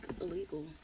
illegal